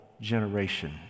generation